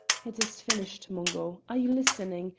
it is finished, mungo are you listening?